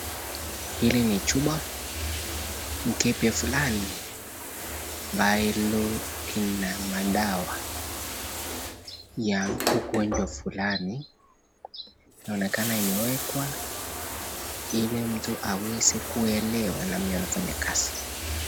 Hili ni chupa, mkebe fulani ambalo lina madawa ya ugonjwa fulani,. Inaonekana imewekwa ili mtu aweze kuelewe nama anavyofanya kazi.